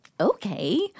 okay